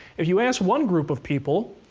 if you ask one group of people,